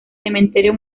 cementerio